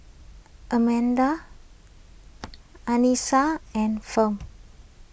Almeda Anissa and Fount